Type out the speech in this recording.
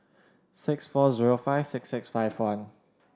six four zero five six six five one